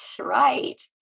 right